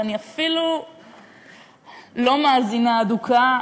ואני אפילו לא מאזינה אדוקה,